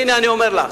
והנה, אני אומר לך,